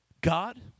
God